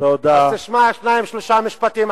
אבא שלי הוא בלשן, ואפילו בשפה הערבית.